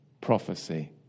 prophecy